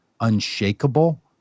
unshakable